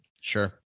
Sure